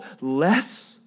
less